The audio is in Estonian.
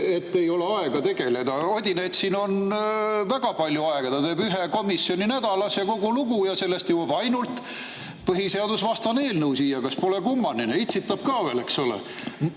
et ei ole aega tegeleda. Odinetsil on väga palju aega. Ta teeb ühe komisjoni nädalas, kogu lugu, ja sellest jõuab ainult põhiseadusvastane eelnõu siia. Kas pole kummaline? Itsitab ka veel, eks ole.